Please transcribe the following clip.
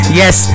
yes